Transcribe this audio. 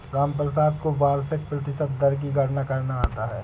रामप्रसाद को वार्षिक प्रतिशत दर की गणना करना आता है